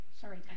Sorry